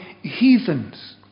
heathens